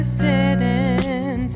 sitting